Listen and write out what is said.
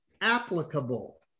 applicable